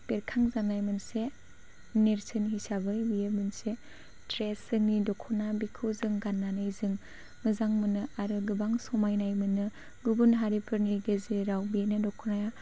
बेरखांजानाय मोनसे नेरसोन हिसाबै बेयो मोनसे द्रेस जोंनि दख'ना बेखौ जों गाननानै जों मोजां मोनो आरो गोबां समायनाय मोनो गुबुन हारिफोरनि गेजेराव बेनो दख'नाया